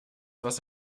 was